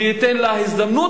וייתן לה הזדמנות,